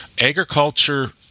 Agriculture